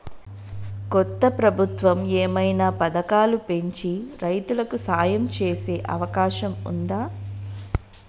కొత్త ప్రభుత్వం ఏమైనా పథకాలు పెంచి రైతులకు సాయం చేసే అవకాశం ఉందా?